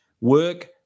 work